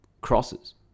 crosses